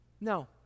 No